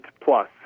plus